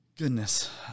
Goodness